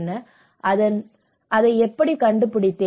நான் அதை எப்படி கண்டுபிடித்தேன்